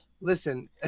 Listen